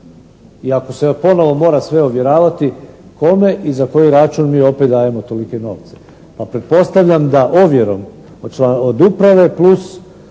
i ako se ponovo mora sve ovjeravati kome i za koji račun mi opet dajemo tolike novce. Pa pretpostavljam da ovjerom od uprave plus